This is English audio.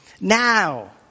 now